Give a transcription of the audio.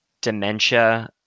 dementia